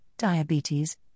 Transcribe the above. Diabetes